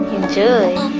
Enjoy